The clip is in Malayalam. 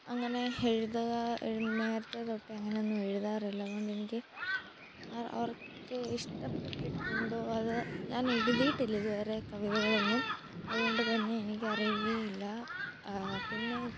അങ്ങനെ എഴുതുക നേരത്തേതൊട്ടേ അങ്ങനൊന്നും എഴുതാറില്ല അതുകൊണ്ടെനിക്ക് അവർ അവർക്ക് ഇഷ്ടപ്പെട്ടിട്ടുണ്ടോ അത് ഞാൻ എഴുതിയിട്ടില്ല ഇതുവരെ കവിതകളൊന്നും അതുകൊണ്ടുതന്നെ എനിക്ക് അറിയുകയും ഇല്ല പിന്നെ